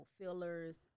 fillers